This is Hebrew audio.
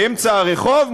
באמצע הרחוב,